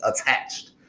attached